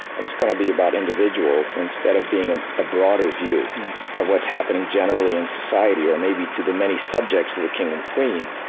and it's gonna be about individual instead of being a ah broader view of what's happening generally in society, or maybe to the many subjects of the king and queen,